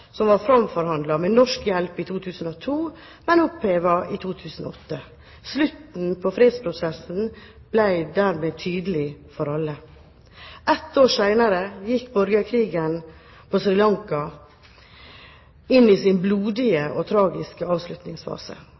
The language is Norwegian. i 2008. Slutten på fredsprosessen ble dermed tydelig for alle. Ett år senere gikk borgerkrigen på Sri Lanka inn i sin blodige og tragiske avslutningsfase.